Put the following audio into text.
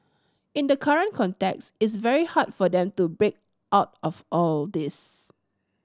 in the current context is very hard for them to break out of all this